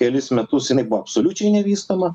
kelis metus jinai buvo absoliučiai nevystoma